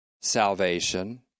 salvation